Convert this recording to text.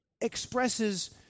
expresses